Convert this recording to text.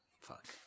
Fuck